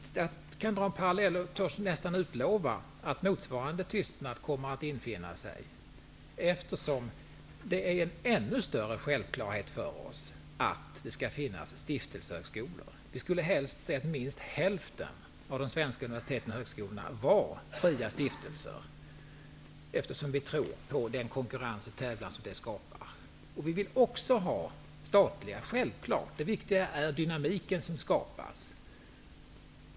Jag kan dra paralleller. Jag törs nästan utlova att motsvarande tystnad kommer att infinna sig, eftersom det är en ännu större självklarhet för oss att det skall finnas stiftelsehögskolor. Vi skulle helst sett att minst hälften av de svenska universiteten och högskolorna var fria stiftelser, eftersom vi tror på den konkurrens och den tävlan som det skapar. Vi vill också ha statliga skolor, självklart. Det viktiga är dynamiken som skapas.